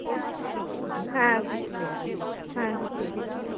ঠিক আছে দিদি হ্যাঁ দিদি হ্যাঁ দিদি ঠিক আছে